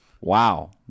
Wow